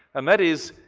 and that is,